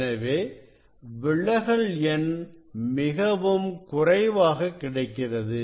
எனவே விலகல் எண் மிகவும் குறைவாக கிடைக்கிறது